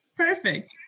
Perfect